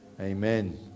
Amen